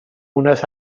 unes